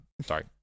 sorry